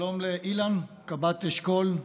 שלום לאילן, קב"ט אשכול.